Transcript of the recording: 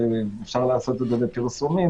אפשר לעשות את זה בפרסומים,